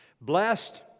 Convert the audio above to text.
Blessed